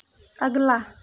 अगला